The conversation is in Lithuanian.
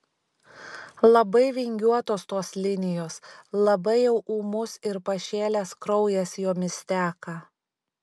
labai vingiuotos tos linijos labai jau ūmus ir pašėlęs kraujas jomis teka